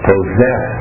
possess